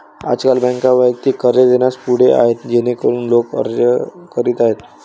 आजकाल बँका वैयक्तिक कर्ज देण्यास पुढे आहेत जेणेकरून लोक अर्ज करीत आहेत